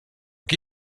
qui